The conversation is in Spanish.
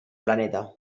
planeta